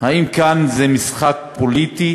האם כאן זה משחק פוליטי